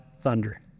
thunder